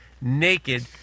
naked